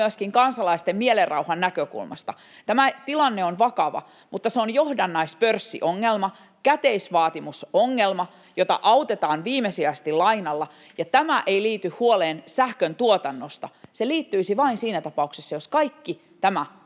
myöskin kansalaisten mielenrauhan näkökulmasta: Tämä tilanne on vakava, mutta se on johdannaispörssiongelma, käteisvaatimusongelma, jota autetaan viimesijaisesti lainalla, ja tämä ei liity huoleen sähköntuotannosta. Se liittyisi vain siinä tapauksessa, jos kaikki tämä